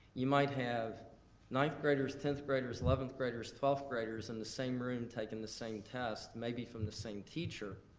you might have ninth graders, tenth graders, eleventh graders, twelfth graders in and the same room taking the same test, maybe from the same teacher,